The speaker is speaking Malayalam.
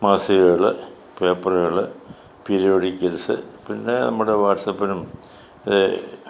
മാസികകൾ പേപ്പറുകൾ പീരിയോഡിക്കൽസ് പിന്നെ നമ്മുടെ വാട്ട്സാപ്പിനും ഇതേ